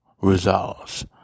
results